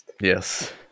Yes